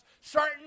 certain